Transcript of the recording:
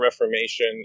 reformation